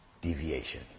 deviation